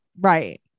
Right